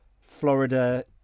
Florida